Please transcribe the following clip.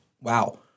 Wow